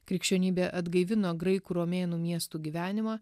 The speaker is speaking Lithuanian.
krikščionybė atgaivino graikų romėnų miestų gyvenimą